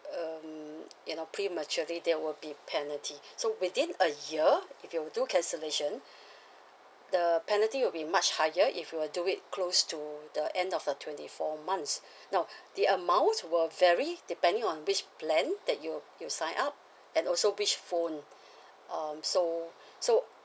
um you know prematurely there will be penalty so within a year if you will do cancellation the penalty will be much higher if you were to wait close to the end of the twenty four months now the amounts will vary depending on which plan that you you signed up and also which phone um so so